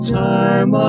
time